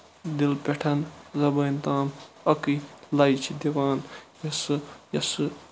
دِلہٕ پیٚٹھ زَبٲنۍ تام اَکٕے لَے چھِ دِوان یۄس سُہ یۄس سُہ